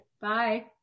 Bye